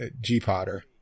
G-Potter